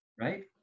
right